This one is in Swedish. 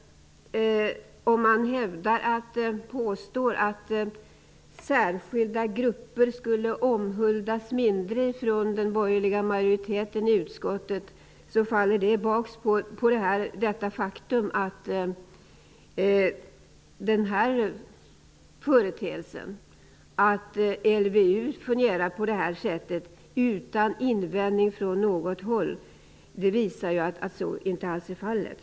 Om man påstår att särskilda grupper skulle omhuldas mindre av den borgerliga majoriteten i utskottet faller det tillbaka på det faktum att LVU fungerar utan invändning från något håll. Detta visar att så inte alls är fallet.